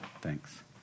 Thanks